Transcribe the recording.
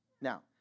Now